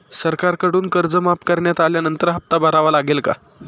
सरकारकडून कर्ज माफ करण्यात आल्यानंतर हप्ता भरावा लागेल का?